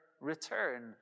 return